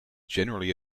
generally